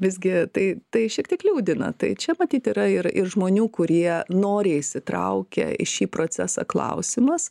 visgi tai tai šiek tiek liūdina tai čia matyt yra ir ir žmonių kurie noriai įsitraukia į šį procesą klausimas